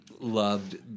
loved